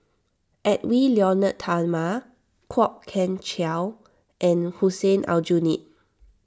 Edwy Lyonet Talma Kwok Kian Chow and Hussein Aljunied